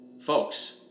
Folks